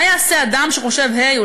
מה יעשה אדם שחושב: היי,